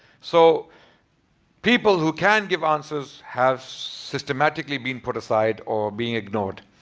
so people who can give answers have systematically been put aside or being ignored.